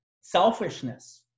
selfishness